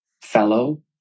fellow